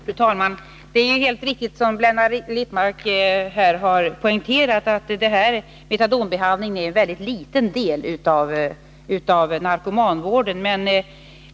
Fru talman! Det är ju helt riktigt som Blenda Littmarck här har poängterat, att metadonbehandlingen är en mycket liten del av narkomanvården.